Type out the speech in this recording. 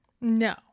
No